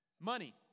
Money